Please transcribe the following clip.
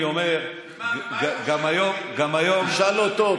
אני מבין שגם בהליכים אזרחיים,